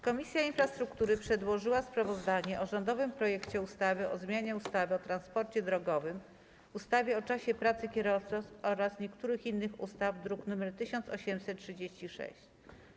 Komisja Infrastruktury przedłożyła sprawozdanie o rządowym projekcie ustawy o zmianie ustawy o transporcie drogowym, ustawy o czasie pracy kierowców oraz niektórych innych ustaw, druk nr 1836.